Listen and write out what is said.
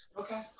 Okay